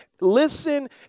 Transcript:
listen